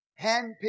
handpicked